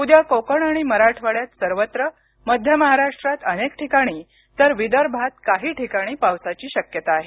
उद्या कोकण आणि मराठवाड्यात सर्वत्र मध्य महाराष्ट्रात अनेक ठिकाणी तर विदर्भात काही ठिकाणी पावसाची शक्यता आहे